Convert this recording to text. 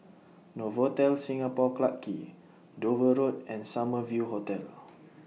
Novotel Singapore Clarke Quay Dover Road and Summer View Hotel